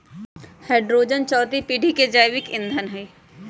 hydrogen चउथी पीढ़ी के जैविक ईंधन हई